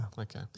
Okay